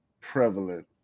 prevalent